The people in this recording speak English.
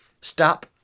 Stop